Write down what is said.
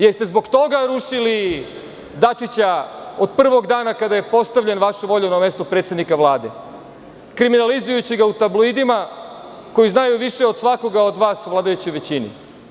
Da li ste zbog toga rušili Dačića, od prvog dana kada je postavljen vašom voljom na mesto predsednika Vlade, kriminalizujući ga u tabloidima koji znaju više od svakoga od vas u vladajućoj većini?